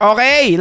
Okay